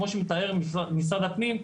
כמו שמתנהלת במשרד הפנים,